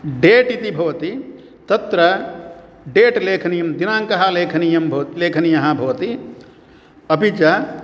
date इति भवति तत्र डेट् लेखनीयं दिनाङ्कः लेखनीयं लेखनीयः भवति अपि च